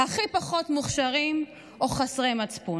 הכי פחות מוכשרים או חסרי מצפון.